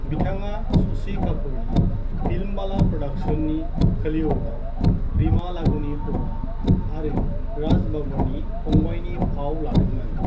बिथाङा शशि कापूरनि फिल्मभाला प्रडाकशननि कलयुगआव रीमा लागूनि हौवा आरो राज बब्बरनि फंबायनि फाव लादोंमोन